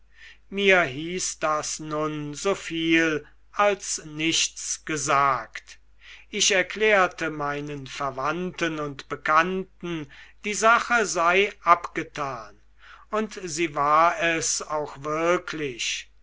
mir hieß das nun so viel als nichts gesagt ich erklärte meinen verwandten und bekannten die sache sei abgetan und sie war es auch wirklich